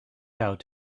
out